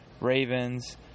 ravens